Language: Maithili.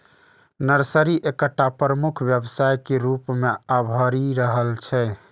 नर्सरी एकटा प्रमुख व्यवसाय के रूप मे अभरि रहल छै